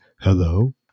Hello